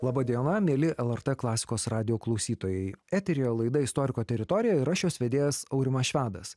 laba diena mieli lrt klasikos radijo klausytojai eteryje laida istoriko teritorija ir aš jos vedėjas aurimas švedas